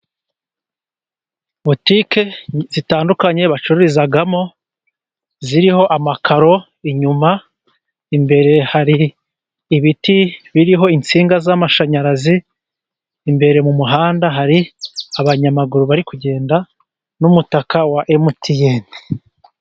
Butike zitandukanye bacururizamo ziriho amakaro inyuma, imbere hari ibiti biriho insinga z'amashanyarazi, imbere mu muhanda hari abanyamaguru bari kugenda, n'umutaka wa emutiyeni.